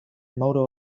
model